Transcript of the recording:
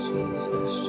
Jesus